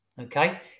okay